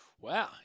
Wow